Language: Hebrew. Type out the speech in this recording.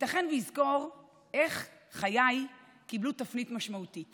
ייתכן שיזכור איך חיי קיבלו תפנית משמעותית